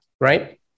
right